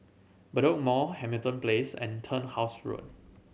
Bedok Mall Hamilton Place and Turnhouse Road